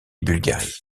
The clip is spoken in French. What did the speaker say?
bulgarie